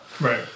Right